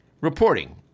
reporting